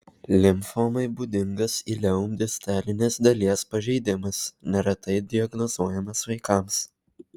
limfomai būdingas ileum distalinės dalies pažeidimas neretai diagnozuojamas vaikams